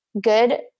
good